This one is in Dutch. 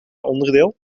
onderdeel